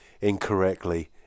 incorrectly